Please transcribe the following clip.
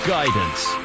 Guidance